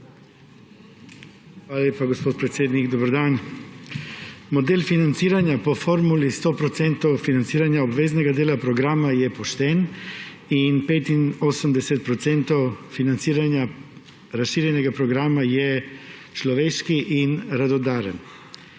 Hvala lepa, gospod predsednik. Dober dan! Model financiranja po formuli 100 % financiranja obveznega dela programa in 85 % financiranja razširjenega programa je pošten, je človeški in radodaren.